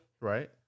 right